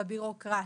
בבירוקרטיה.